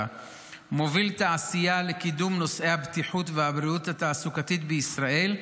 מוביל את העשייה לקידום נושאי הבטיחות והבריאות התעסוקתית בישראל,